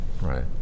right